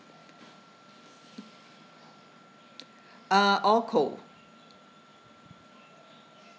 uh all cold